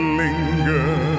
linger